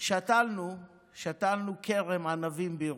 שתלנו כרם ענבים בירוחם,